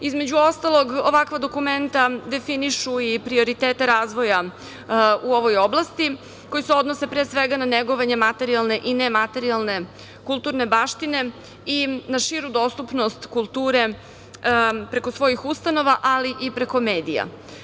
Između ostalog, ovakva dokumenta definišu i prioritete razvoja u ovoj oblasti, koji se odnose pre svega na negovanje materijalne i nematerijalne kulturne baštine i na širu dostupnost kulture preko svojih ustanova, ali i preko medija.